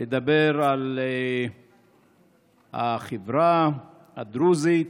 לדבר על החברה הדרוזית.